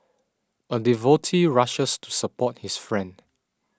a devotee rushes to support his friend